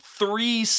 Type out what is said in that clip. three